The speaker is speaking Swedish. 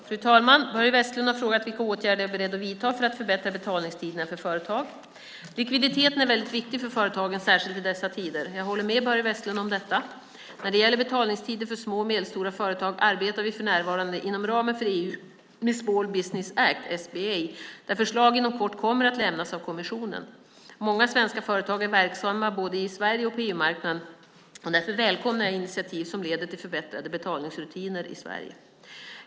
Fru talman! Börje Vestlund har frågat vilka åtgärder jag är beredd att vidta för att förbättra betalningstiderna för företag. Likviditeten är väldigt viktig för företagen, särskilt i dessa tider. Jag håller med Börje Vestlund om detta. När det gäller betalningstider för små och medelstora företag arbetar vi för närvarande inom ramen för EU med Small Business Act, SBA, där förslag inom kort kommer att lämnas av kommissionen. Många svenska företag är verksamma både i Sverige och på EU-marknaden och därför välkomnar jag initiativ som leder till förbättrade betalningsrutiner i Sverige.